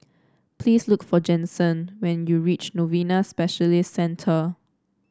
please look for Jensen when you reach Novena Specialist Centre